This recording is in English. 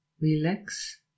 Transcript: Relax